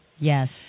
Yes